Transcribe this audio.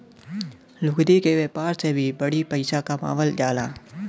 लुगदी क व्यापार से बड़ी पइसा कमावल जाला